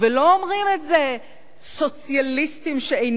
ולא אומרים את זה הסוציאליסטים הדמיוניים